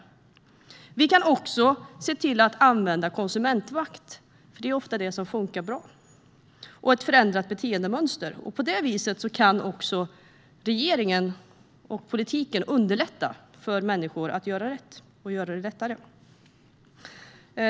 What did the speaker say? Vi kan också använda konsumentmakt, för det är ofta det som funkar bra, och förändra beteendemönster. På det viset kan också regeringen och politiken underlätta för människor att göra rätt.